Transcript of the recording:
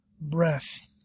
breath